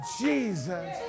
Jesus